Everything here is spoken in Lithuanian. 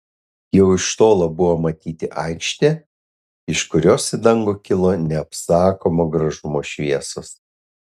jau iš tolo buvo matyti aikštė iš kurios į dangų kilo neapsakomo gražumo šviesos